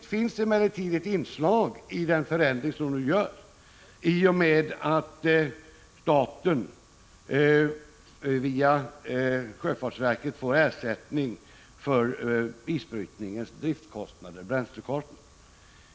Det finns emellertid ett regionalpolitiskt inslag i den förändring vi gör i och med att staten via sjöfartsverket får ersättning för isbrytningens bränslekostnader och andra driftskostnader.